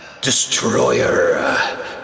Destroyer